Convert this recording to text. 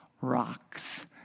rocks